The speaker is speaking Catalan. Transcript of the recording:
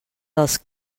dels